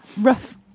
rough